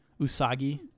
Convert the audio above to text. Usagi